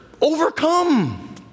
overcome